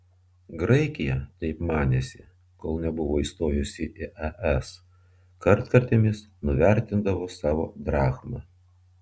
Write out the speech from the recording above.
graikija taip manėsi kol nebuvo įstojusi į es kartkartėmis nuvertindavo savo drachmą